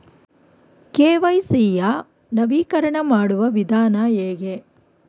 KYC ಯ ನವೀಕರಣ ಮಾಡುವ ವಿಧಾನ ಹೇಗೆ?